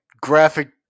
graphic